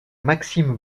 maxime